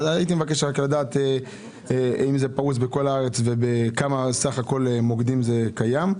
הייתי מבקש לדעת האם זה פרוס בכל הארץ ובכמה מוקדים זה קיים.